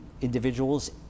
individuals